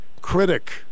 critic